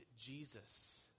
Jesus